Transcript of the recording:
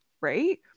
Right